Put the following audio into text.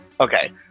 Okay